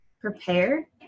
prepare